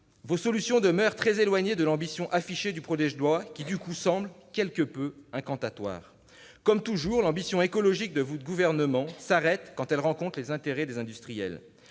Vos solutions demeurent très éloignées de l'ambition affichée du projet de loi, qui, du coup, semble quelque peu incantatoire. Comme toujours, l'ambition écologique du gouvernement auquel vous appartenez s'arrête quand elle rencontre les intérêts des industriels.